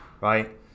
right